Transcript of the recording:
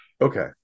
okay